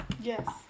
Yes